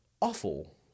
awful